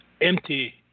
empty